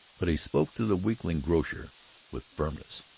but he spoke to the weakling grocer with firmness.